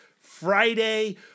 friday